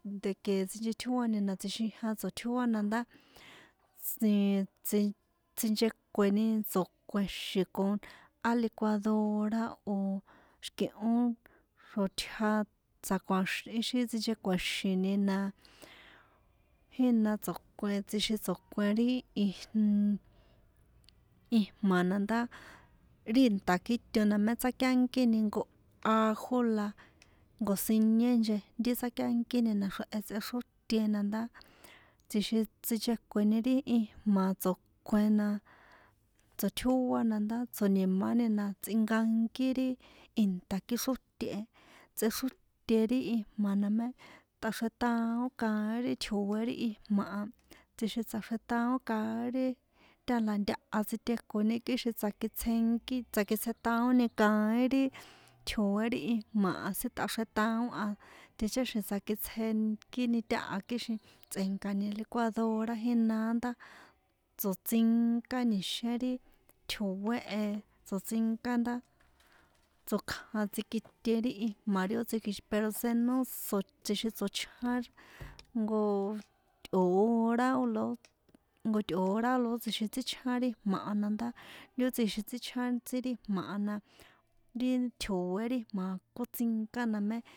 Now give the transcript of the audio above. De de que sinchetjóani na tsjixijan tjótjóa na ndá tsnn tsin tsinchekueni tso̱kue̱xin con á licuadora o̱ xi̱kihón o̱ xroṭja ixi sinchekue̱xini na jína tso̱kuen tsixin tso̱kuen ri ijj ijma̱ na ndá ri inta kjíto na mé tsákiankini jnko ajo la nko̱siñe nchejnti tsákiankini naxrehe tsoxrótena na ndá tsixin sinchekueni ri ijma̱ tso̱kuen na tsoṭjóa na ndá tsjo̱nimani ndá tsꞌinkankí ri inta kíxróte e tꞌexróte ri ijma̱ na mé tꞌaxrjetaon kaín ri tjoe̱ ri ijma̱ a tsixin tsaxretaon kaín ri tala na ntaha tsitekoni kixin tsakitsjenkí tsakitsjetaoni kaín ri tjoe̱ ri ijma̱ a sítꞌaxrjetaon a ticháxi̱n tsakitsjenkíni táha kixin tsꞌe̱nkani licuadora jínaá ndá tsoṭsinka nixén ri tjoe̱ e tsotsinká ndá tsokjan tsikite ri ijma̱ ri ó tskikji pero senó si tsjixin tsochján jnko tꞌo̱ hora la ó jnko tꞌo̱ hora la ó tsjixin tsíchján ri jma̱ a na ndá ri ó tsjixin tsíchján ntsi ri jma̱ a na ri tjo̱é ri jma̱ a kótsinka na.